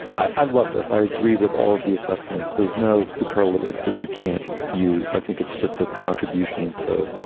i i love this. i agree with all of the assessments. there's no superlative that you can't use. i think it's just a contribution to